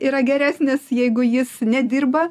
yra geresnės jeigu jis nedirba